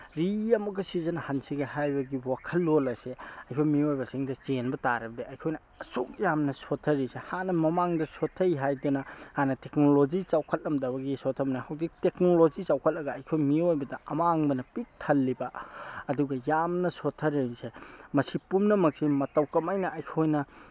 ꯔꯤ ꯑꯃꯨꯛꯀ ꯁꯤꯖꯟꯅꯍꯟꯁꯤꯒꯦ ꯍꯥꯏꯕꯒꯤ ꯋꯥꯈꯜꯂꯣꯟ ꯑꯁꯦ ꯑꯩꯈꯣꯏ ꯃꯤꯑꯣꯏꯕꯁꯤꯡꯗ ꯆꯦꯟꯕ ꯇꯥꯔꯕꯗꯤ ꯑꯩꯈꯣꯏꯅ ꯑꯁꯨꯛ ꯌꯥꯝꯅ ꯁꯣꯊꯔꯤꯁꯦ ꯍꯥꯟꯅ ꯃꯃꯥꯡꯗ ꯁꯣꯊꯩ ꯍꯥꯏꯗꯅ ꯍꯥꯟꯅ ꯇꯦꯛꯅꯣꯂꯣꯖꯤ ꯆꯥꯎꯈꯠꯂꯝꯗꯕꯒꯤ ꯁꯣꯊꯕꯅꯤ ꯍꯧꯖꯤꯛꯇꯤ ꯇꯦꯛꯅꯣꯂꯣꯖꯤ ꯆꯥꯎꯈꯠꯂꯒ ꯑꯩꯈꯣꯏ ꯃꯤꯑꯣꯏꯕꯗ ꯑꯃꯥꯡꯕꯅ ꯄꯤꯛ ꯊꯜꯂꯤꯕ ꯑꯗꯨꯒ ꯌꯥꯝꯅ ꯁꯣꯊꯔꯛꯏꯁꯦ ꯃꯁꯤ ꯄꯨꯝꯅꯃꯛꯁꯤ ꯃꯇꯧ ꯀꯃꯥꯏꯅ ꯑꯩꯈꯣꯏꯅ